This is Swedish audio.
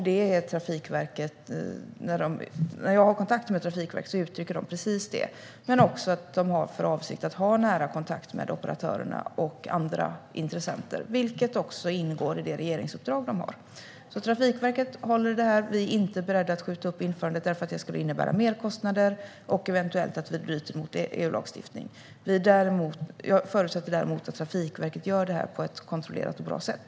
När jag har kontakt med Trafikverket uttrycker de precis det men också att de har för avsikt att ha nära kontakt med operatörerna och andra intressenter, vilket också ingår i det regeringsuppdrag de har. Trafikverket håller alltså i det här. Vi är inte beredda att skjuta upp införandet, för det skulle innebära mer kostnader och eventuellt att vi bryter mot EU-lagstiftning. Jag förutsätter däremot att Trafikverket gör det här på ett kontrollerat och bra sätt.